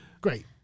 great